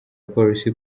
polisi